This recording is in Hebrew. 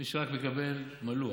מי שרק מקבל, מלוח.